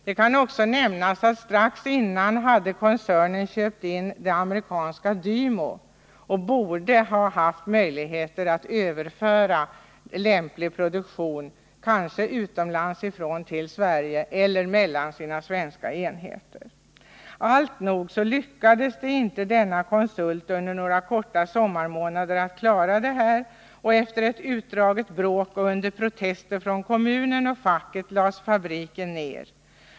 Det kan också nämnas att strax innan hade koncernen köpt in det amerikanska företaget Dymo och borde ha haft möjligheter att överföra lämplig produktion kanske utomlands ifrån till Sverige eller mellan sina Det lyckades inte den av kommunen tillsatta konsulten att under några korta sommarmånader klara av den här uppgiften, och efter ett utdraget bråk och under protester från kommunen och facket lades fabriken ned.